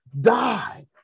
Die